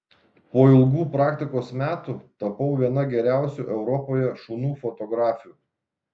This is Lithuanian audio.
po ilgų praktikos metų tapau viena geriausių europoje šunų fotografių